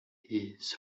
his